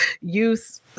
use